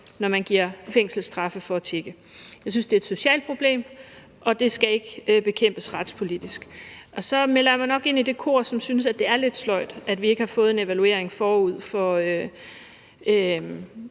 når man giver fængselsstraffe for at tigge. Jeg synes, det er et socialt problem, og det skal ikke bekæmpes retspolitisk. Og så melder jeg mig nok ind i det kor, som synes, det er lidt sløjt, at vi ikke har fået en evaluering, forud for